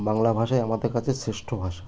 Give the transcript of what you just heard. বাংলা ভাষাই আমাদের কাছে শ্রেষ্ঠ ভাষা